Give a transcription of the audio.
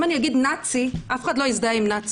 אם אני אגיד נאצי, אף אחד לא יזדהה עם נאצי.